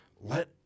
Let